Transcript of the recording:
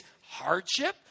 hardship